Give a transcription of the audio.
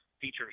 features